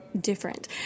different